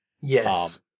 Yes